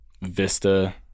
Vista